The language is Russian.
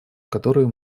которую